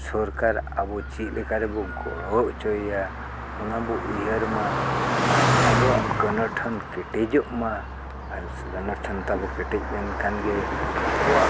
ᱥᱚᱨᱠᱟᱨ ᱟᱵᱚ ᱪᱮᱫ ᱞᱮᱠᱟ ᱨᱮᱵᱚ ᱜᱚᱲᱚ ᱚᱪᱚᱭᱮᱭᱟ ᱚᱱᱟ ᱵᱚ ᱩᱭᱦᱟᱹᱨ ᱢᱟ ᱟᱨ ᱟᱵᱚᱣᱟᱜ ᱜᱚᱱᱚᱴᱷᱚᱱ ᱠᱮᱴᱮᱡᱚᱜ ᱢᱟ ᱟᱨ ᱜᱚᱱᱚᱴᱷᱚᱱ ᱛᱟᱵᱚ ᱠᱮᱴᱮᱡ ᱞᱮᱱ ᱠᱷᱟᱱ ᱜᱮ ᱟᱵᱚᱣᱟᱜ